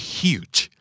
huge